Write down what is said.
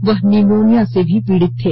वह निमोनिया से भी पीड़ित थे